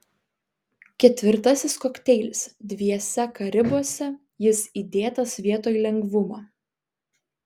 ketvirtasis kokteilis dviese karibuose jis įdėtas vietoj lengvumo